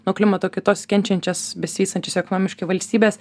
nuo klimato kaitos kenčiančias besivystančias ekonomiškai valstybes